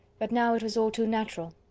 but now it was all too natural.